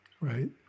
right